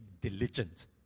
diligent